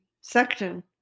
section